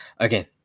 Okay